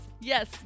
yes